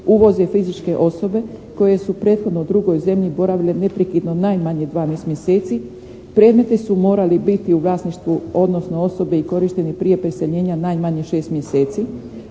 uvoze fizičke osobe koje su prethodno u drugoj zemlji boravile neprekidno najmanje 12 mjeseci, predmeti su morali biti u vlasništvu, odnosno osobe i korišteni prije preseljenja najmanje 6 mjeseci,